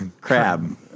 crab